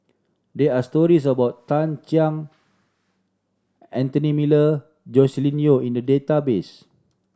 there are stories about Tan Sang Anthony Miller Joscelin Yeo in the database